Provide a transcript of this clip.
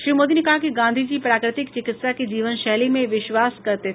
श्री मोदी ने कहा कि गांधी जी प्राकृतिक चिकित्सा की जीवन शैली में विश्वास करते थे